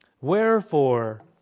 Wherefore